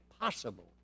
possible